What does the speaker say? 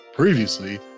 Previously